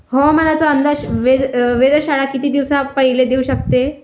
हवामानाचा अंदाज वेधशाळा किती दिवसा पयले देऊ शकते?